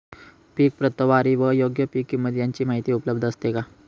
पीक प्रतवारी व योग्य पीक किंमत यांची माहिती उपलब्ध असते का?